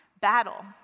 battle